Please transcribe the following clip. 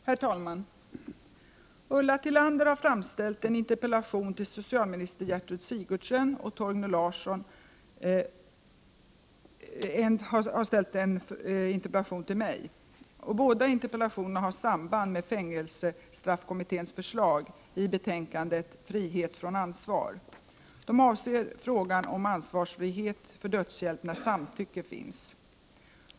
Herr talman! Ulla Tillander har framställt en interpellation till socialminister Gertrud Sigurdsen och Torgny Larsson en till mig. Båda interpellationerna har samband med fängelsestraffkommitténs förslag i betänkandet SOU 1988:7, Frihet från ansvar. De avser frågan om ansvarsfrihet för dödshjälp när samtycke finns.